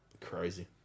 Crazy